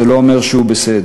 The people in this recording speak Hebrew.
זה לא אומר שהוא בסדר.